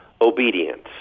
obedience